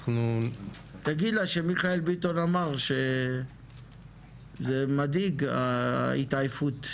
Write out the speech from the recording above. תגיד לה שמיכאל ביטון אמר שזה מדאיג ההתעייפות ,